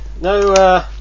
no